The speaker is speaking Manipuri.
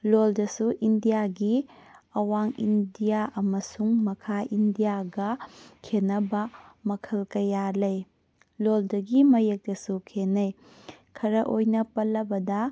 ꯂꯣꯟꯗꯁꯨ ꯏꯟꯗꯤꯌꯥꯒꯤ ꯑꯋꯥꯡ ꯏꯟꯗꯤꯌꯥ ꯑꯃꯁꯨꯡ ꯃꯈꯥ ꯏꯟꯗꯤꯌꯥꯒ ꯈꯦꯠꯅꯕ ꯃꯈꯜ ꯀꯌꯥ ꯂꯩ ꯂꯣꯟꯗꯒꯤ ꯃꯌꯦꯛꯇꯁꯨ ꯈꯦꯠꯅꯩ ꯈꯔ ꯑꯣꯏꯅ ꯄꯜꯂꯕꯗ